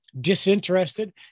disinterested